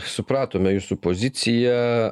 supratome jūsų poziciją